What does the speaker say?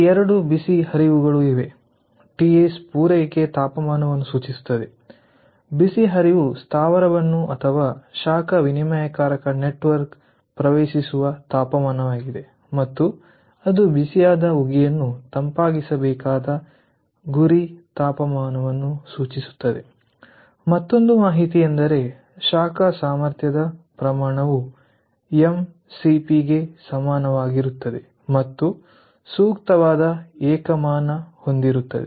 ಇಲ್ಲಿ 2 ಬಿಸಿ ಹರಿವುಗಳು ಇವೆ TS ಪೂರೈಕೆ ತಾಪಮಾನವನ್ನು ಸೂಚಿಸುತ್ತವೆ ಬಿಸಿ ಹರಿವು ಸ್ಥಾವರವನ್ನು ಅಥವಾ ಶಾಖ ವಿನಿಮಯಕಾರಕ ನೆಟ್ವರ್ಕ್ ಪ್ರವೇಶಿಸುವ ತಾಪಮಾನವಾಗಿದೆ ಮತ್ತು ಅದು ಬಿಸಿಯಾದ ಉಗಿಯನ್ನು ತಂಪಾಗಿಸಬೇಕಾದ ಗುರಿ ತಾಪಮಾನವನ್ನು ಸೂಚಿಸುತ್ತದೆ ಮತ್ತೊಂದು ಮಾಹಿತಿಯೆಂದರೆ ಶಾಖ ಸಾಮರ್ಥ್ಯದ ಪ್ರಮಾಣವು ಎಮ್ ಸಿಪಿ ṁ cp ಗೆ ಸಮನಾಗಿರುತ್ತದೆ ಮತ್ತು ಸೂಕ್ತವಾದ ಏಕಮಾನ ಹೊಂದಿರುತ್ತದೆ